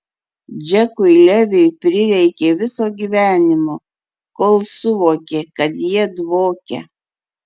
džekui leviui prireikė viso gyvenimo kol suvokė kad jie dvokia